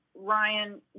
Ryan